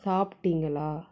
சாப்பிட்டீங்களா